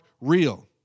real